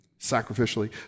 sacrificially